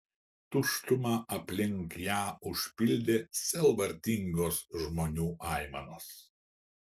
tuštumą aplink ją užpildė sielvartingos žmonių aimanos